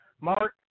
Mark